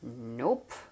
nope